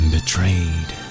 Betrayed